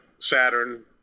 Saturn